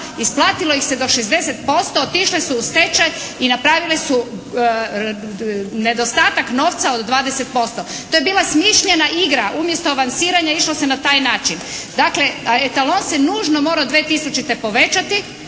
Isplatilo ih se do 60%. Otišle su u stečaj i napravile su nedostatak novca od 20%. To je bila smišljena igra. Umjesto «vansiranja» išlo se na taj način. Dakle Etalon se nužno morao 2000. povećati